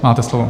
Máte slovo.